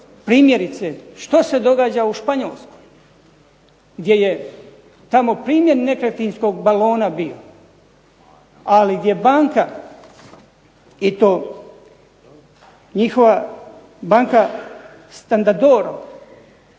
Primjerice što se događa u Španjolskoj gdje je primjer nekretninskog balona bio. Ali je banka i to njihova banka ... koja